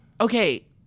Okay